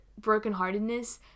brokenheartedness